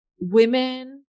women